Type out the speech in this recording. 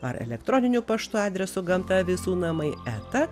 ar elektroniniu paštu adresu gamta visų namai eta